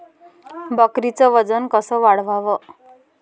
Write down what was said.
बकरीचं वजन कस वाढवाव?